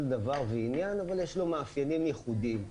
דבר ועניין אבל יש לו מאפיינים ייחודיים.